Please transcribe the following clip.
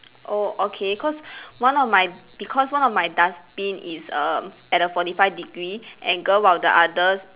oh okay cause one of my because one of my dustbin is err at a forty five degree angle while the other